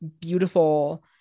beautiful